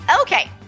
Okay